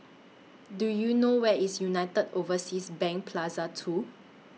Do YOU know Where IS United Overseas Bank Plaza two